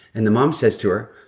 and the mom says to her,